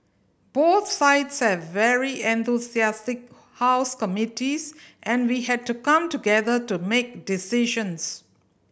both sides have very enthusiastic house committees and we had to come together to make decisions